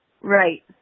Right